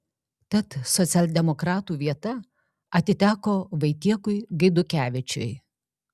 tad socialdemokratų vieta atiteko vaitiekui gaidukevičiui